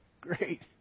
Great